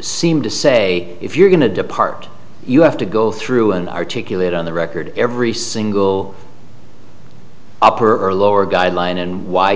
seemed to say if you're going to depart you have to go through an articulate on the record every single upper or lower guideline and why